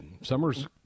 Summer's